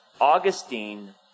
Augustine